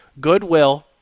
Goodwill